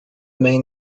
main